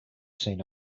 seen